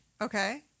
Okay